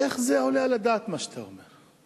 איך זה עולה על הדעת מה שאתה אומר?